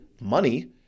money